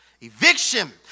Eviction